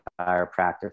chiropractor